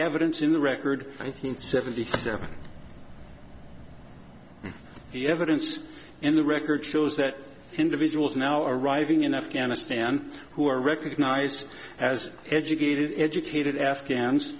evidence in the record i think seventy seven the evidence in the record shows that individuals now arriving in afghanistan who are recognized as educated educated afghans